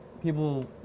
People